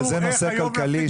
אבל זה נושא כלכלי,